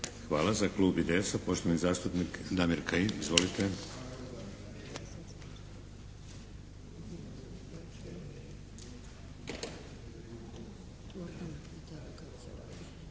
Hvala. Za klub IDS-a, poštovani zastupnik Damir Kajin, izvolite.